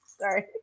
Sorry